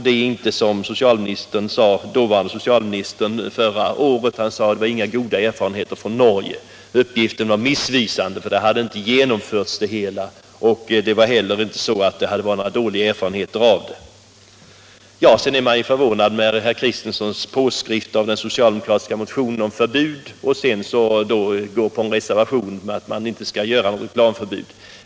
Den dåvarande socialministern sade förra året att erfarenheterna från Norge inte vara goda. Den uppgiften var missvisande, eftersom förbudet då inte hade helt genomförts. Dessutom var erfarenheterna inte dåliga. Jag är förvånad över att herr Kristenson har skrivit under den socialdemokratiska motionen om ett förbud och sedan ansluter sig till reservationen mot ett förbud.